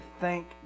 thank